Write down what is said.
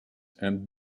and